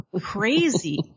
crazy